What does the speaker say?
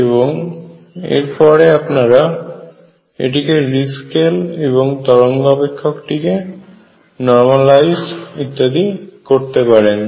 এবং এর পরে আপনারা এটিকে রিস্কেল এবং তরঙ্গ অপেক্ষকটিকে নর্মালাইজ করতে পারেন